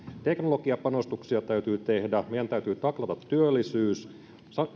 teknologiapanostuksia täytyy tehdä meidän täytyy taklata työllisyys